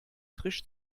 frisch